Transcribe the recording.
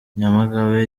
nyamagabe